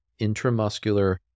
intramuscular